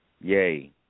Yay